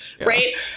Right